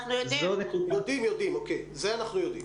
את זה אנחנו יודעים.